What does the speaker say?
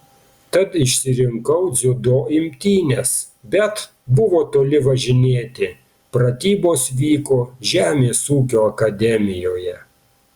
tad išsirinkau dziudo imtynes bet buvo toli važinėti pratybos vyko žemės ūkio akademijoje